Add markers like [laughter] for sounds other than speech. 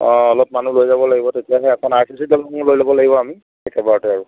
অ অলপ মানুহ লৈ যাব লাগিব তেতিয়া [unintelligible] মানুহ লৈ যাব লাগিব আমি একেবাৰতে আৰু